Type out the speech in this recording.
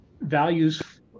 values